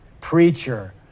preacher